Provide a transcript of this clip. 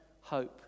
hope